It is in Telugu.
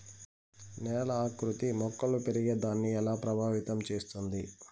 నేల ఆకృతి మొక్కలు పెరిగేదాన్ని ఎలా ప్రభావితం చేస్తుంది?